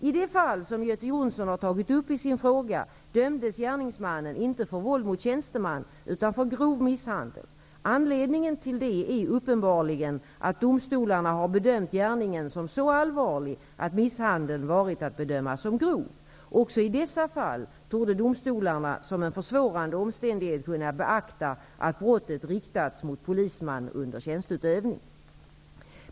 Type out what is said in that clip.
I det fall som Göte Jonsson har tagit upp i sin fråga dömdes gärningsmannen inte för våld mot tjänsteman utan för grov misshandel. Anledningen till det är uppenbarligen att domstolarna har bedömt gärningen som så allvarlig att misshandeln varit att bedöma som grov. Också i dessa fall torde domstolarna som en försvårande omständighet kunna beakta att brottet riktats mot polisman under tjänsteutövning.